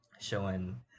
showing